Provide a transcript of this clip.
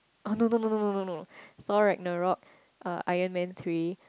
oh no no no no no no Thor-Ragnarok uh Iron-Man three